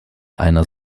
einer